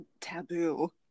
taboo